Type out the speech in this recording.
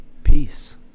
Peace